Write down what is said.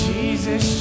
Jesus